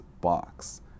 box